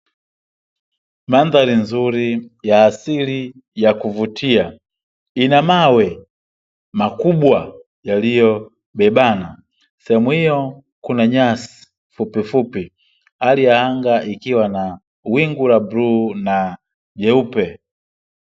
Mandhari nzuri ya asili yakuvutia inamawe makubwa yaliyobebana, sehemu iyo kuna nyasi fupi fupi hali ya anga ikiwa na wingu la bluu na jeupe.